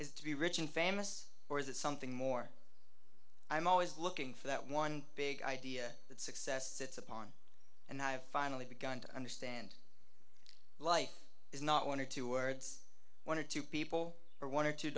is to be rich and famous or is it something more i am always looking for that one big idea that success sits upon and i have finally begun to understand life is not one or two words one or two people or one or two